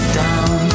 down